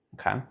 Okay